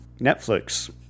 Netflix